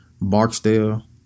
Barksdale